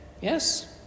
yes